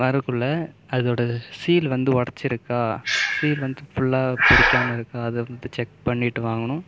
வரக்குள்ளே அதோட சீல் வந்து ஒடைச்சிருக்கா சீல் வந்து ஃபுல்லாக பிரிக்காமல் இருக்கா அதை வந்து செக் பண்ணிவிட்டு வாங்கணும்